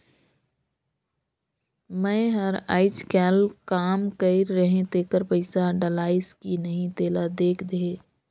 मै हर अईचकायल काम कइर रहें तेकर पइसा डलाईस कि नहीं तेला देख देहे?